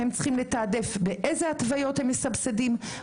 הם צריכים לתעדף איזה התוויות הם מסבסדים,